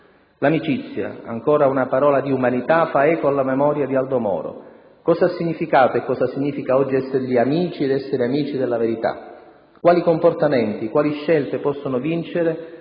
L'amicizia! Ancora una parola di "umanità" fa eco alla memoria di Aldo Moro. Cosa ha significato e cosa significa ancora oggi essergli amici ed essere amici della verità? Quali comportamenti, quali scelte possono vincere